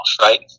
right